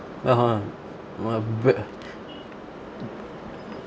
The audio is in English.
(uh huh) !wah! b~